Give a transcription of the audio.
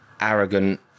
arrogant